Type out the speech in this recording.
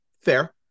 fair